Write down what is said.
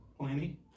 plenty